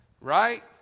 Right